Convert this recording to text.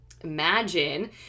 Imagine